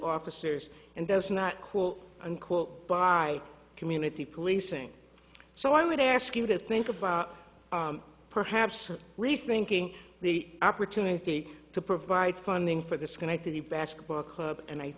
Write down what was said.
officers and does not quote unquote by community policing so i would ask you to think about perhaps or rethinking the opportunity to provide funding for the schenectady basketball club and i